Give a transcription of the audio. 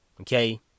Okay